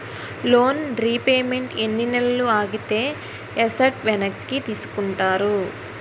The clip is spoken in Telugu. లోన్ రీపేమెంట్ ఎన్ని నెలలు ఆగితే ఎసట్ వెనక్కి తీసుకుంటారు?